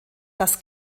das